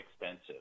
expensive